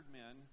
men